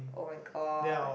[oh]-my-god